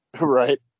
Right